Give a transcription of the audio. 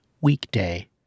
weekday